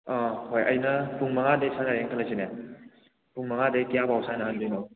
ꯑꯥ ꯍꯣꯏ ꯑꯩꯅ ꯄꯨꯡ ꯃꯉꯥꯗꯒꯤ ꯁꯥꯟꯅꯔꯦ ꯈꯜꯂꯁꯤꯅꯦ ꯄꯨꯡ ꯃꯉꯥꯗꯒꯤ ꯀꯌꯥ ꯐꯥꯎ ꯁꯥꯟꯅꯍꯟꯗꯣꯏꯅꯣ